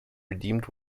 redeemed